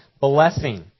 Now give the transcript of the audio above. blessing